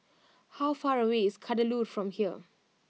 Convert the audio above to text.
how far away is Kadaloor from here